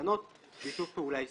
שבתקנות שיתוף פעולה עסקי.